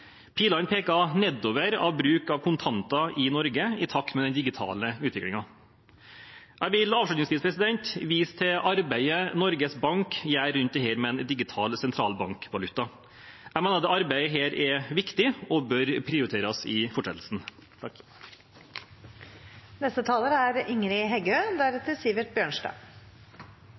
Pilene pekte nedover for bruk av kontanter i Norge i takt med den digitale utviklingen. Jeg vil avslutningsvis vise til arbeidet Norges Bank gjør rundt dette med en digital sentralbankvaluta. Jeg mener at dette arbeidet er viktig og bør prioriteres i fortsettelsen.